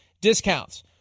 discounts